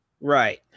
Right